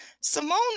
Simone